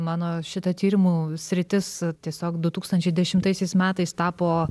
mano šita tyrimų sritis tiesiog du tūkstančiai dešimtaisiais metais tapo